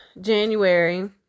January